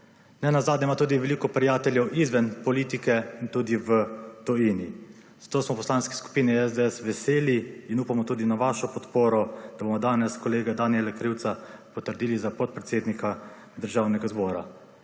Nenazadnje ima tudi veliko prijateljev izven politike in tudi v tujini. Zato smo v Poslanski skupini SDS veseli, in upamo tudi na vašo podporo, da bomo danes kolega Danijela Krivca potrdili za podpredsednika Državnega zbora.